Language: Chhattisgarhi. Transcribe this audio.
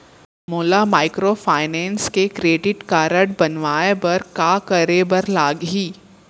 मोला माइक्रोफाइनेंस के क्रेडिट कारड बनवाए बर का करे बर लागही?